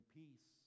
peace